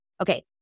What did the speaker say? okay